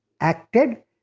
acted